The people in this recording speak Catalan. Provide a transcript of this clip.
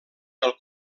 del